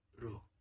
Bro